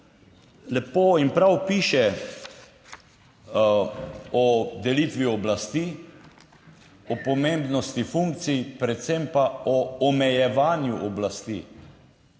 lepo in prav, piše o delitvi oblasti, o pomembnosti funkcij, predvsem pa o omejevanju oblasti.